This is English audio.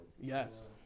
Yes